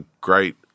great